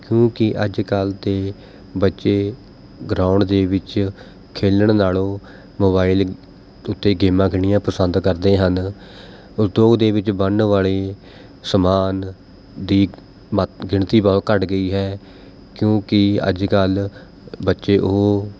ਕਿਉਂਕਿ ਅੱਜ ਕੱਲ੍ਹ ਦੇ ਬੱਚੇ ਗਰਾਊਂਡ ਦੇ ਵਿੱਚ ਖੇਲਣ ਨਾਲੋਂ ਮੋਬਾਈਲ ਉੱਤੇ ਗੇਮਾਂ ਖੇਡਣੀਆਂ ਪਸੰਦ ਕਰਦੇ ਹਨ ਉਦਯੋਗ ਦੇ ਵਿੱਚ ਬਣਨ ਵਾਲੇ ਸਮਾਨ ਦੀ ਮਾਤ ਗਿਣਤੀ ਬਹੁਤ ਘੱਟ ਗਈ ਹੈ ਕਿਉਂਕੀ ਅੱਜ ਕੱਲ੍ਹ ਬੱਚੇ ਉਹ